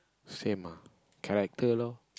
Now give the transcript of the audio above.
same ah character loh